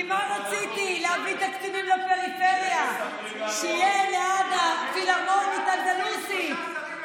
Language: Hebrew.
כשאני רציתי וחילקתי, על ראש הממשלה.